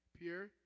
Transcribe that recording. Pierre